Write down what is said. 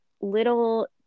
little